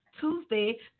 Tuesday